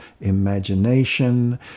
imagination